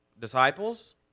Disciples